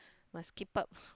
must keep up